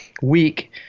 week